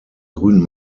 grünen